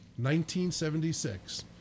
1976